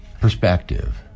perspective